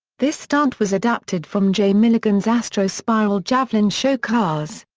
this stunt was adapted from jay milligan's astro spiral javelin show cars.